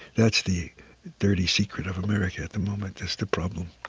that's the dirty secret of america at the moment. that's the problem